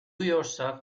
yourself